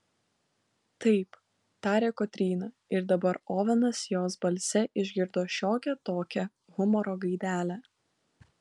taip tarė kotryna ir dabar ovenas jos balse išgirdo šiokią tokią humoro gaidelę